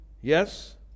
Yes